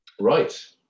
Right